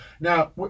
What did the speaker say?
Now